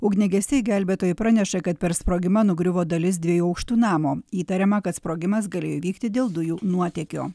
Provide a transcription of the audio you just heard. ugniagesiai gelbėtojai praneša kad per sprogimą nugriuvo dalis dviejų aukštų namo įtariama kad sprogimas galėjo įvykti dėl dujų nuotėkio